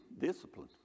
discipline